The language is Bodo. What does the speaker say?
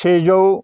सेजौ